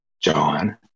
John